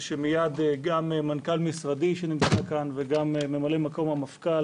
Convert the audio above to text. ושמיד גם מנכ"ל משרדי שנמצא כאן וגם ממלא מקום המפכ"ל